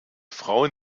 frauen